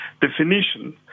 definitions